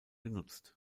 genutzt